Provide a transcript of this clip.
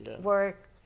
work